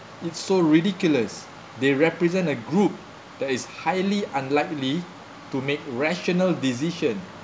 it's so ridiculous they represent a group that is highly unlikely to make rational decision